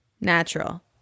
Natural